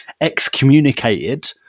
excommunicated